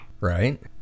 Right